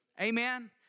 Amen